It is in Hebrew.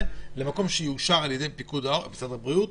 למקום שיאושר על ידי פיקוד העורף ומשרד הבריאות